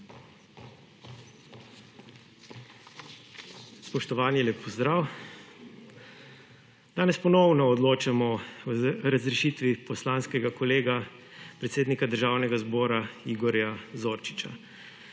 Spoštovani, lep pozdrav. Danes ponovno odločamo o razrešitvi poslanskega kolega, predsednika Državnega zbora Igorja Zorčiča.